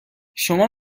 شما